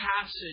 passage